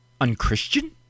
Unchristian